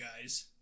guys